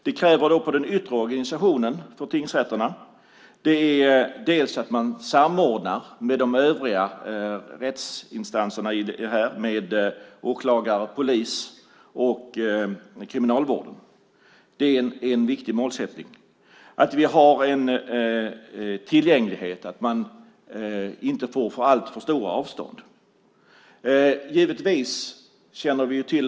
Det kräver att den yttre organisationen för tingsrätterna samordnar med de övriga rättsinstanserna, det vill säga åklagare, polis och kriminalvård. Det är en viktig målsättning. Det krävs också tillgänglighet. Det får inte vara alltför stora avstånd.